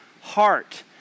heart